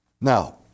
Now